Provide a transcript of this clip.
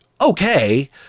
okay